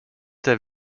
der